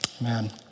Amen